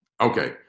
Okay